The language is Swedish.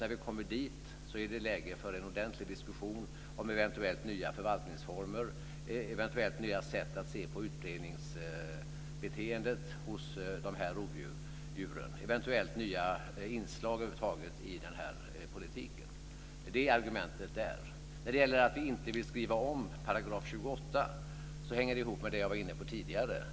När vi kommer dit är det läge för en ordentlig diskussion om eventuellt nya förvaltningsformer, eventuellt nya sätt att se på utbredningsbeteendet hos dessa rovdjur, eventuellt nya inslag över huvud taget i den här politiken. Det är det som är argumentet. När det gäller att vi inte vill skriva om 28 § hänger det ihop med det som jag var inne på tidigare.